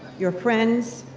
your friends,